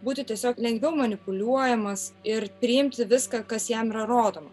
būti tiesiog lengviau manipuliuojamas ir priimti viską kas jam yra rodoma